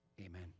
Amen